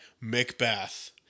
Macbeth